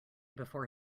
before